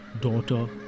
daughter